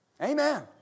Amen